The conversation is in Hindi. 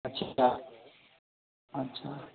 अच्छा अच्छा